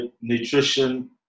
nutrition